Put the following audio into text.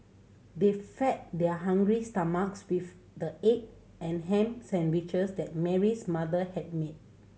they fed their hungry stomachs with the egg and ham sandwiches that Mary's mother had made